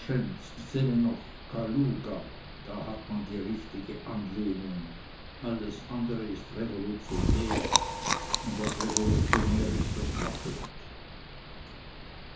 da hat man die richtige anlehnung alles andre ist revolutionär und was revolutionär ist das wackelt